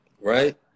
right